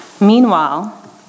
Meanwhile